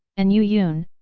and yue yun,